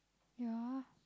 yeah